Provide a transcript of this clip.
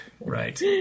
right